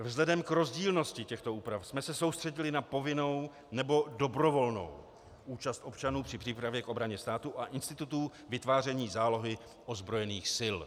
Vzhledem k rozdílnosti těchto úprav jsme se soustředili na povinnou nebo dobrovolnou účast občanů při přípravě k obraně státu a institutů vytváření zálohy ozbrojených sil.